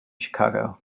chicago